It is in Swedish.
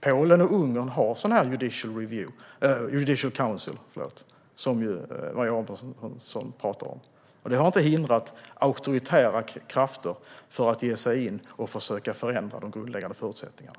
Polen och Ungern har sådana judicial councils som Maria Abrahamsson talar om, men det har inte hindrat auktoritära krafter från att ge sig in och försöka förändra de grundläggande förutsättningarna.